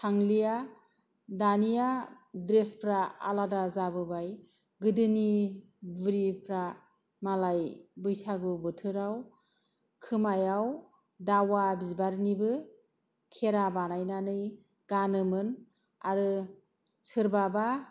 थांलिया दानिया द्रेसफ्रा आलादा जाबोबाय गोदोनि बुरिफ्रा मालाय बैसागु बोथोराव खोमायाव दावा बिबारनिबो खेरा बानायनानै गानोमोन आरो सोरबाबा